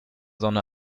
sonne